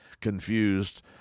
confused